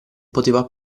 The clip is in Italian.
poteva